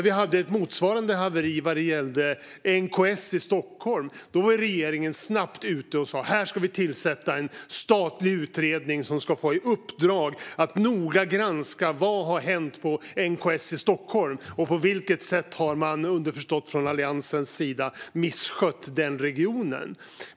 Vid det motsvarande haveriet vad gäller NKS i Stockholm var regeringen snabbt ute och sa att det ska tillsättas en statlig utredning som ska få i uppdrag att noga granska vad som har hänt på NKS i Stockholm och på vilket sätt man - underförstått Alliansen - har misskött den regionen.